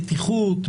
בטיחות,